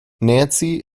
nancy